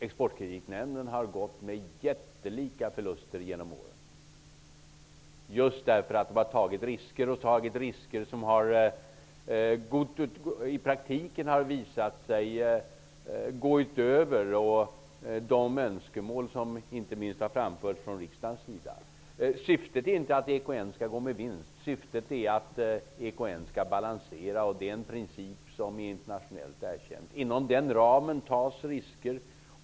Exportkreditnämnden har gått med jättelika förluster genom åren just därför att nämnden har tagit risker. Det är risker som i praktiken har visat sig gå utöver de önskemål som inte minst har framförts från riksdagens sida. Syftet är inte att EKN skall gå med vinst. Syftet är att EKN skall balansera. Det är en princip som är internationellt erkänd. Inom ramen för detta tas risker.